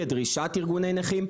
כדרישת ארגוני נכים.